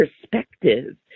perspective